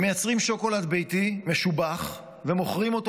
הם מייצרים שוקולד ביתי משובח ומוכרים אותו